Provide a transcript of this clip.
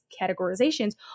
categorizations